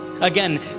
Again